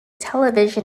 television